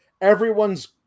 everyone's